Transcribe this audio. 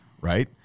right